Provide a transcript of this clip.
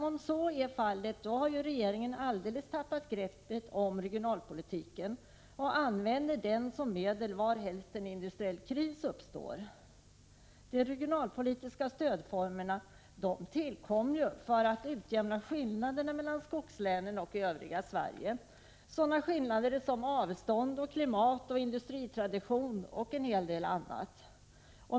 Om så är fallet har regeringen alldeles tappat greppet om regionalpolitiken och använder den som medel varhelst en industriell kris uppstår. De regionalpolitiska stödformerna tillkom ju för att utjämna skillnaderna mellan skogslänen och övriga Sverige vad gäller avstånd, klimat, industritradition och en hel del annat.